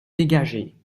dégagé